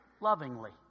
lovingly